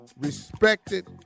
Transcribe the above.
respected